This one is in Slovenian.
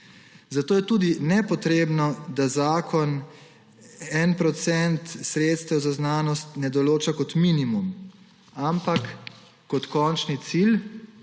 Zato je tudi nepotrebno, da zakon enega procenta sredstev za znanost ne določa kot minimum, ampak kot končni cilj,